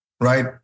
Right